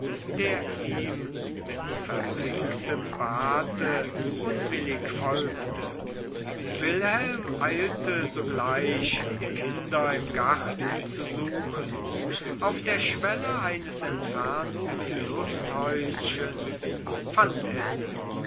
der ihm mit versengtem barte unwillig folgte wilhelm eilte sogleich die kinder im garten zu suchen auf der schwelle eines entfernten lusthäuschens fand er sie